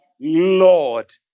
Lord